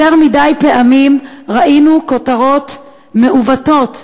יותר מדי פעמים ראינו כותרות מעוותות ב-CNN,